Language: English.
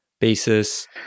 basis